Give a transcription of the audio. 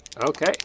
Okay